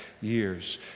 years